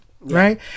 Right